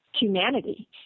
humanity